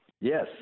Yes